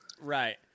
right